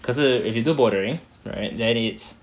可是 if you do bouldering right then it's